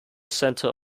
centre